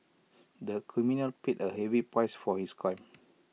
the criminal paid A heavy price for his crime